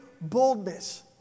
boldness